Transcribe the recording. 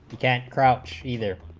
jack crouch either